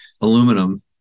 aluminum